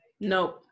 no